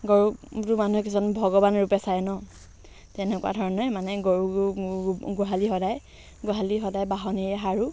গৰুকতো মানুহে কিছুমানে ভগৱান ৰূপে চাই ন তেনেকুৱা ধৰণে মানে গৰু গোহালি সদায় গোহালি সদায় বাঢ়নীৰে সাৰোঁ